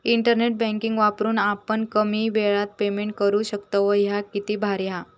internet banking वापरून आपण कमी येळात पेमेंट करू शकतव, ह्या किती भारी हां